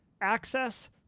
access